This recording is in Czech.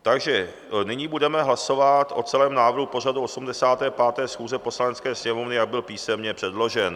Takže nyní budeme hlasovat o celém návrhu pořadu 85. schůze Poslanecké sněmovny, jak byl písemně předložen.